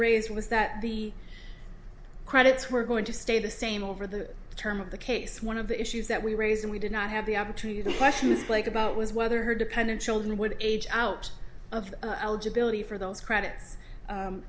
raised was that the credits were going to stay the same over the term of the case one of the issues that we raised and we did not have the opportunity to question blake about was whether her dependent children would age out of eligibility for those credits